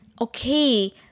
Okay